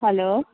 hello